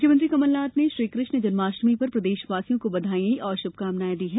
मुख्यमंत्री कमलनाथ ने श्रीकृष्ण जन्माष्टमी पर प्रदेशवासियों को बधाई और श्भकामनायें दी है